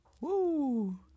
woo